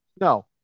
No